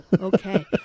Okay